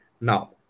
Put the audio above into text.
Now